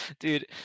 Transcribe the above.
Dude